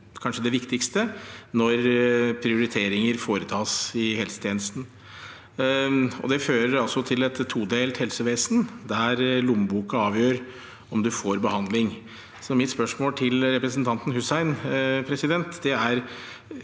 kanskje det viktigste når prioriteringer foretas i helsetjenesten. Det fører altså til et todelt helsevesen, der lommeboka avgjør om man får behandling. Mitt spørsmål til representanten Hussein er: Er